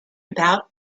about